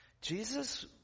Jesus